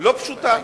לא פשוטה.